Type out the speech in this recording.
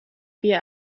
wir